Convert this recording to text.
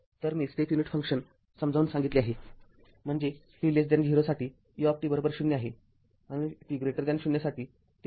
तर मी step unit function समजावून सांगितले आहे म्हणजे t0 साठी ut 0 आहे आणि t0 साठी ते ut १ आहे